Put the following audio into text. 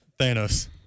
Thanos